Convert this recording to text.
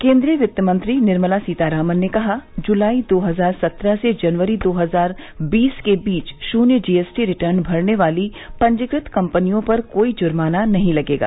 केंद्रीय वित्त मंत्री निर्मला सीतारामन ने कहा जुलाई दो हजार सत्रह से जनवरी दो हजार बीस के बीच शुन्य जीएसटी रिटर्न भरने वाली पंजीकृत कम्पनियों पर कोई जुर्माना नहीं लगेगा